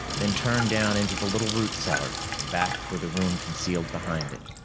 then turned down into the little root cellar and back toward the room concealed behind it,